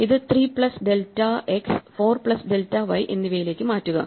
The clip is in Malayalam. ഇത് 3 plus delta x 4 plus delta y എന്നിവയിലേക്ക് മാറ്റുക